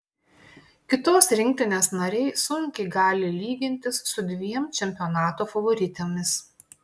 kitos rinktinės nariai sunkiai gali lygintis su dviem čempionato favoritėmis